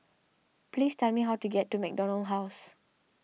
please tell me how to get to MacDonald House